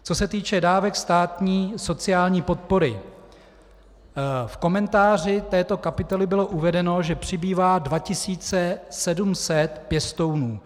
Co se týče dávek státní sociální podpory, v komentáři této kapitoly bylo uvedeno, že přibývá 2 700 pěstounů.